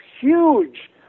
huge